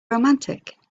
romantic